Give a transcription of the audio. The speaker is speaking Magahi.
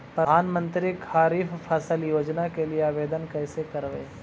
प्रधानमंत्री खारिफ फ़सल योजना के लिए आवेदन कैसे करबइ?